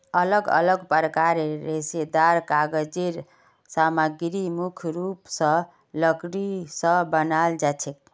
अलग अलग प्रकारेर रेशेदार कागज़ेर सामग्री मुख्य रूप स लकड़ी स बनाल जाछेक